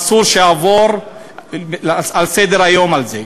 אסור שנעבור לסדר-היום על זה.